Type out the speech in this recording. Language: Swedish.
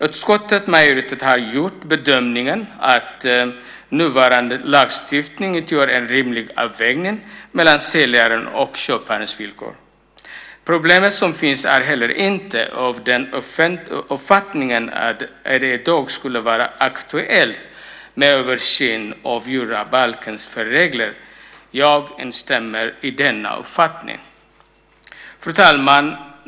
Utskottets majoritet har gjort bedömningen att nuvarande lagstiftning utgör en rimlig avvägning mellan säljarens och köparens villkor. Problemen som finns är heller inte av den omfattningen att det i dag skulle vara aktuellt med översyn av jordabalkens felregler. Jag instämmer i denna uppfattning. Fru talman!